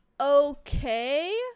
okay